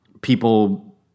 people